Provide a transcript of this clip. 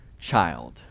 child